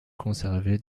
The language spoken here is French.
conservé